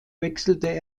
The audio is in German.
wechselte